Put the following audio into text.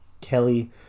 Kelly